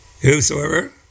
Whosoever